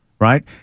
right